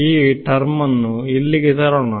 ಈ ಟರ್ಮ ಇಲ್ಲಿಗೆ ತರೋಣ